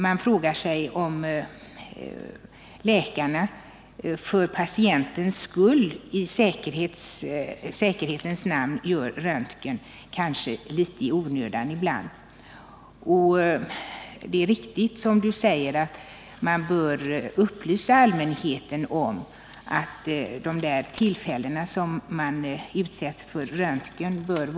Man frågar sig om läkarna för patientens skull tar till röntgen litet i onödan ibland. Det är riktigt, som Margot Håkansson säger, att man bör upplysa allmänheten om att man bör hålla reda på antalet tillfällen då man har röntgenundersökts.